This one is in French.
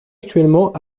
actuellement